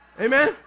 Amen